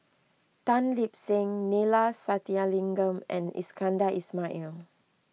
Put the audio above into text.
Tan Lip Seng Neila Sathyalingam and Iskandar Ismail